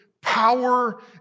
power